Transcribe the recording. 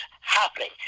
happening